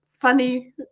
funny